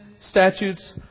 statutes